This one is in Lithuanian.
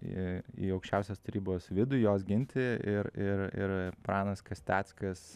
į į aukščiausios tarybos vidų jos ginti ir ir ir pranas kasteckas